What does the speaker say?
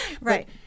Right